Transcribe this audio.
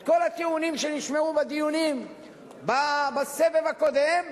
את כל הטיעונים שנשמעו בדיונים בסבב הקודם,